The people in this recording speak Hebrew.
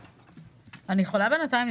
בבקשה, שאלה בינתיים.